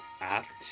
act